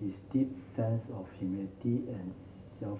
his deep sense of humility and to